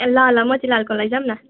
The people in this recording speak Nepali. ए ल ल मोतीलालको लैजाऔँ न